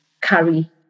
carry